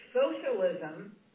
socialism